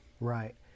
Right